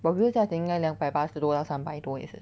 but 不是价钱应该两百八十多到三百多也是